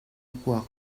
kuak